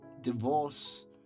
divorce